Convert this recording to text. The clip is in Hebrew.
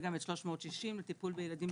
וגם את 360 לטיפול בילדים בסיכון.